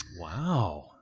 Wow